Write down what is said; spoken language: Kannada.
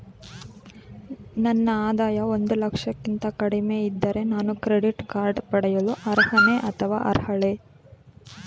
ನನ್ನ ಆದಾಯ ಒಂದು ಲಕ್ಷಕ್ಕಿಂತ ಕಡಿಮೆ ಇದ್ದರೆ ನಾನು ಕ್ರೆಡಿಟ್ ಕಾರ್ಡ್ ಪಡೆಯಲು ಅರ್ಹನೇ ಅಥವಾ ಅರ್ಹಳೆ?